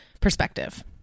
perspective